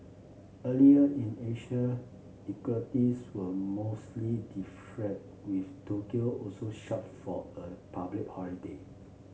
earlier in Asia equities were mostly deflated with Tokyo also shut for a public holiday